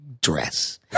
dress